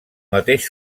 mateix